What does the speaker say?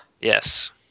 Yes